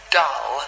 dull